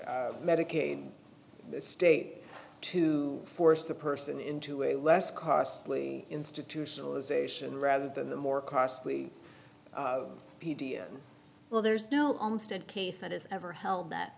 the medicaid state to force the person into a less costly institutionalization rather than the more costly well there's no almost a case that has ever held that